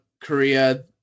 korea